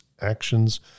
actions